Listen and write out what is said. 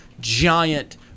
giant